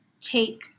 take